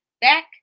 back